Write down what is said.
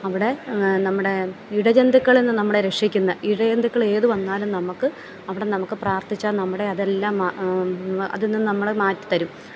അവിടെ നമ്മുടെ ഇഴ ജന്തുക്കളിൽ നിന്ന് നമ്മളെ രക്ഷിക്കുന്ന ഇഴ ജന്തുക്കൾ ഏത് വന്നാലും നമുക്ക് അവിടെ നമുക്ക് പ്രാർത്ഥിച്ചാൽ നമ്മുടെ അതെല്ലാം അതിന്ന് നമ്മളെ മാറ്റിത്തരും